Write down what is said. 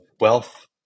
wealth